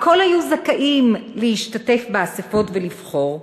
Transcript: הכול היו זכאים להשתתף באספות ולבחור.